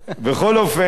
בכל אופן,